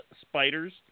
Spiders